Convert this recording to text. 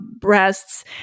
breasts